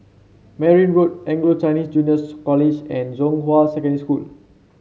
Merryn Road Anglo Chinese Juniors College and Zhonghua Secondary School